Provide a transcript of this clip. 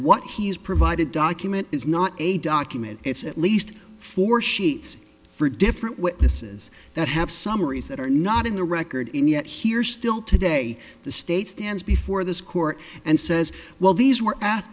what he's provided document is not a document it's at least four sheets for different witnesses that have summaries that are not in the record in yet here still today the state stands before this court and says well these w